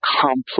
complex